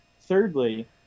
Thirdly